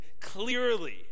clearly